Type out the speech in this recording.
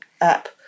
app